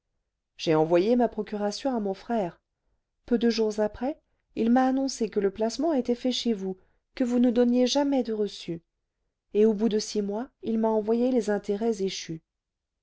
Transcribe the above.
j'ai envoyé ma procuration à mon frère peu de jours après il m'a annoncé que le placement était fait chez vous que vous ne donniez jamais de reçu et au bout de six mois il m'a envoyé les intérêts échus